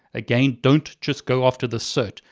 again don't just go after the cert,